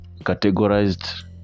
categorized